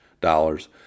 dollars